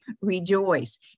rejoice